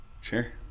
Sure